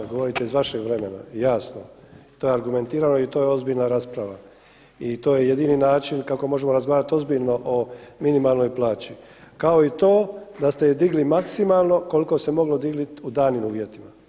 Govorite iz vašeg vremena jasno, to je argumentirano i to je ozbiljna rasprava i to je jedini način kako možemo razgovarati ozbiljno o minimalnoj plaći kao i to da ste je digli maksimalno koliko se moglo dignuti u danim uvjetima.